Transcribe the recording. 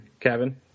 Kevin